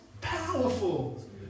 Powerful